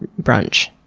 brunch.